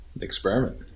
experiment